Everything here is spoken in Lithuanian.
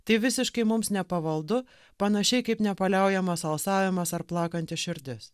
tai visiškai mums nepavaldu panašiai kaip nepaliaujamas alsavimas ar plakanti širdis